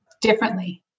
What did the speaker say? differently